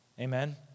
Amen